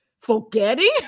forgetting